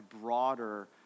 broader